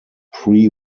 pre